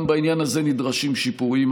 גם בעניין הזה נדרשים שיפורים,